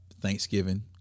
Thanksgiving